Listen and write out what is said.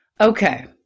Okay